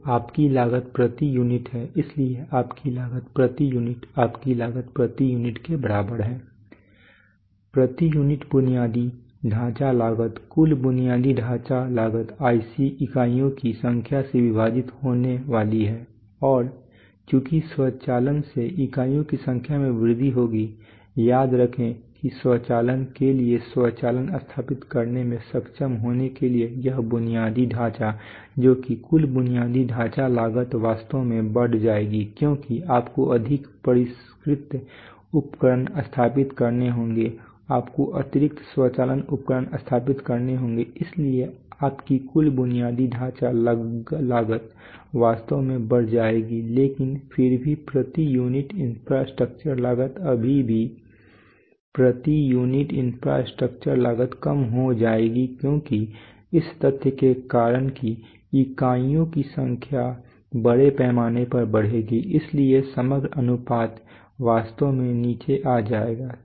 तो आपकी लागत प्रति यूनिट है इसलिए आपकी लागत प्रति यूनिट आपकी लागत प्रति यूनिट के बराबर है प्रति यूनिट बुनियादी ढांचा लागत कुल बुनियादी ढांचा लागत इकाइयों की संख्या से विभाजित होने वाली है और चूंकि स्वचालन से इकाइयों की संख्या में वृद्धि होगी याद रखें कि स्वचालन के लिए स्वचालन स्थापित करने में सक्षम होने के लिए यह बुनियादी ढांचा जो कि कुल बुनियादी ढांचा लागत वास्तव में बढ़ जाएगी क्योंकि आपको अधिक परिष्कृत उपकरण स्थापित करने होंगे आपको अतिरिक्त स्वचालन उपकरण स्थापित करने होंगे इसलिए आपकी कुल बुनियादी ढांचा लागत वास्तव में बढ़ जाएगी लेकिन फिर भी प्रति यूनिट इंफ्रास्ट्रक्चर लागत अभी भी प्रति यूनिट इंफ्रास्ट्रक्चर लागत कम हो जाएगी क्योंकि इस तथ्य के कारण कि इकाइयों की संख्या बड़े पैमाने पर बढ़ेगी इसलिए समग्र अनुपात वास्तव में नीचे आ जाएगा